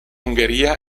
ungheria